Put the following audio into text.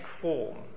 form